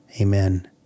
Amen